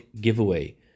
giveaway